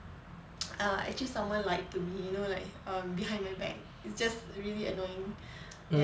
err actually someone lied to me you know like um behind my back it's just really annoying